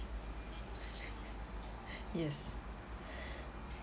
yes